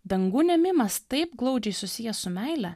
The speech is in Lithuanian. dangun ėmimas taip glaudžiai susijęs su meile